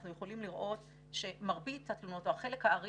אנחנו יכולים לראות שמרבית התלונות או החלק הארי